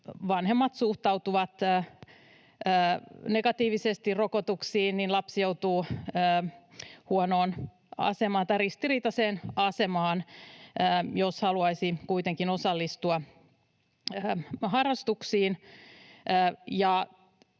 vanhemmat suhtautuvat negatiivisesti rokotuksiin, niin lapsi joutuisi ristiriitaiseen asemaan, jos haluaisi kuitenkin osallistua harrastuksiin.